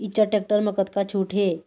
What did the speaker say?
Eicher tractor म कतका छूट हे?